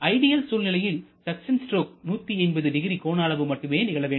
ideal சூழ்நிலைகளில் suction stroke 1800 கோண அளவு மட்டுமே நிகழ வேண்டும்